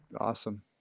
awesome